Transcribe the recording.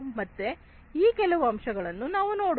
ಮತ್ತೆ ಈ ಕೆಲವು ಅಂಶಗಳನ್ನು ನಾವು ನೋಡೋಣ